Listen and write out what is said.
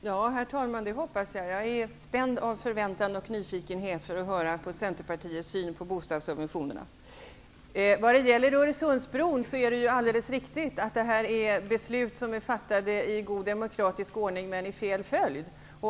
Herr talman! Det hoppas jag. Jag är spänd av förväntan och nyfikenhet att få höra Centerpartiets syn på bostadssubventionerna. Vad gäller Öresundsbron är det alldeles riktigt att besluten har fattats i god demokratisk ordning, men i fel följd.